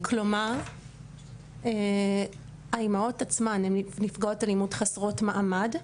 כלומר האימהות עצמן הן נפגעות אלימות חסרות מעמד.